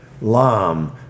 LAM